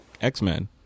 X-Men